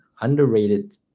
underrated